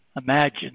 Imagine